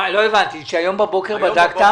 לא הבנתי, היום בבוקר בדקת?